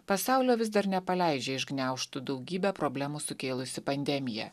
pasaulio vis dar nepaleidžia iš gniaužtų daugybę problemų sukėlusiu pandemija